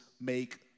make